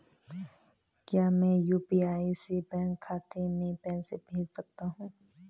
क्या मैं यु.पी.आई से बैंक खाते में पैसे भेज सकता हूँ?